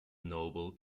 noble